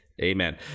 Amen